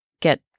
get